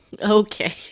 Okay